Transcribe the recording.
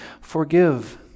forgive